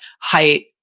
height